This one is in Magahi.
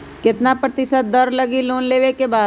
कितना प्रतिशत दर लगी लोन लेबे के बाद?